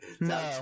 No